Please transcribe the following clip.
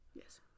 Yes